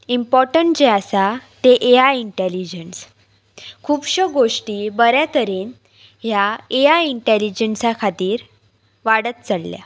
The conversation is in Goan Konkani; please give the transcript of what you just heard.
इम्पोटंट जें आसा ते ए आय इंटेलिजन्स खुबश्यो गोश्टी बरे तरेन ह्या ए आय इंटेलिजन्सा खातीर वाडत चलल्या